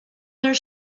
their